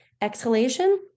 exhalation